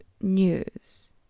news